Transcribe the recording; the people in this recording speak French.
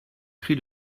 cri